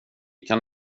kan